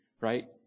right